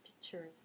pictures